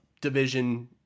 division